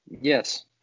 Yes